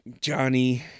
Johnny